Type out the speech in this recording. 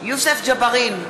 יוסף ג'בארין,